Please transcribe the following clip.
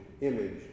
image